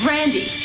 Randy